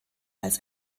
als